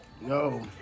No